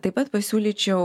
taip pat pasiūlyčiau